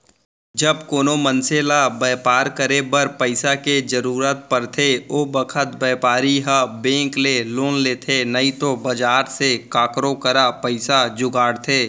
जब कोनों मनसे ल बैपार करे बर पइसा के जरूरत परथे ओ बखत बैपारी ह बेंक ले लोन लेथे नइतो बजार से काकरो करा पइसा जुगाड़थे